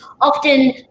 often